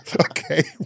Okay